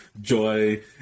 joy